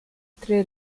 tre